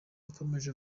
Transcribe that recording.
yakomeje